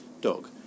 dog